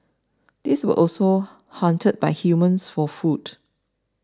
these were also hunted by humans for food